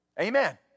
Amen